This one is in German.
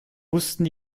wussten